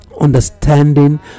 understanding